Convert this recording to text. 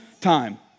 time